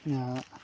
ᱟ